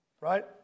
Right